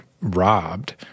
robbed